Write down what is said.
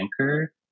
Anchor